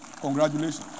Congratulations